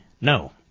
No